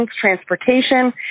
transportation